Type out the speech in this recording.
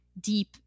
deep